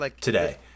Today